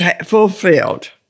fulfilled